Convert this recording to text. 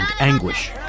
anguish